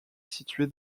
située